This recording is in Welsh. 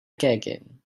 gegin